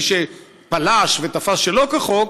מי שפלש ותפס שלא כחוק,